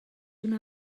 una